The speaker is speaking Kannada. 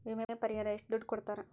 ವಿಮೆ ಪರಿಹಾರ ಎಷ್ಟ ದುಡ್ಡ ಕೊಡ್ತಾರ?